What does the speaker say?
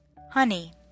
Honey